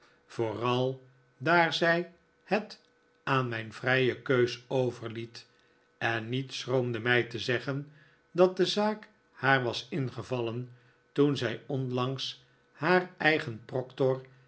vooral daar zij het aan mijn vrije keuze overliet en niet schroomde mij te zeggen dat de zaak haar was ingevallen toen zij onlangs haar eigen proctor